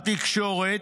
התקשורת.